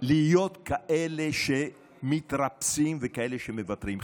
כאלה שמתרפסים וכאלה שמוותרים.